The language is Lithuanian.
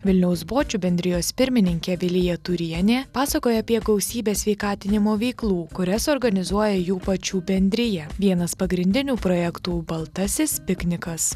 vilniaus bočių bendrijos pirmininkė vilija tūrienė pasakoja apie gausybę sveikatinimo veiklų kurias organizuoja jų pačių bendrija vienas pagrindinių projektų baltasis piknikas